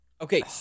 Okay